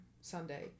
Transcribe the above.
Sunday